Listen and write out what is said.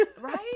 right